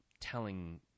telling